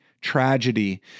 tragedy